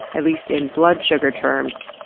at least in blood sugar terms,